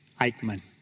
Eichmann